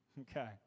Okay